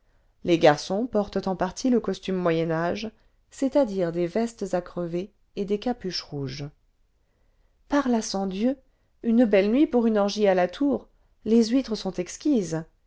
les i garçons portent en partie'le costume moyen âge c'est-à-dire des vestes à crevés et des capuches rouges par à sans dieu une belle nuit pour une orgie à la tour les huîtres sont exquises